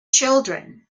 children